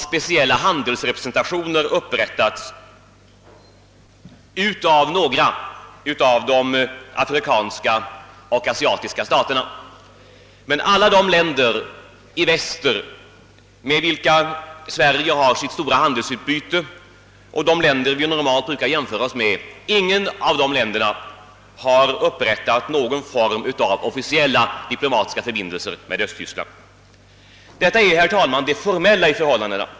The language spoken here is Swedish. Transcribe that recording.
Speciella handelsrepresentationer har upprättats av några av de afrikanska och asiatiska staterna, men av alla de länder i väst, med vilka Sverige har sitt stora handelsutbyte och som vi normalt brukar jämföra oss med, har ingen upprättat någon form av officiella förbindelser med Östtyskland. Detta är, herr talman, frågans formella sida.